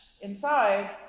inside